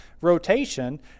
rotation